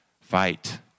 Fight